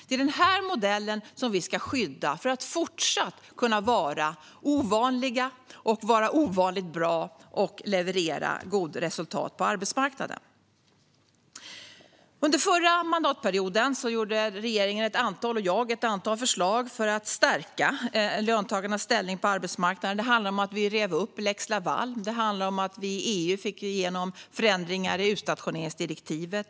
Det är denna modell som vi ska skydda för att även fortsättningsvis kunna vara ovanliga, vara ovanligt bra och leverera goda resultat på arbetsmarknaden. Under den förra mandatperioden lade jag och regeringen fram ett antal förslag för att stärka löntagarnas ställning på arbetsmarknaden. Det handlade om att vi rev upp lex Laval. Det handlade om att vi i EU fick igenom förändringar i utstationeringsdirektivet.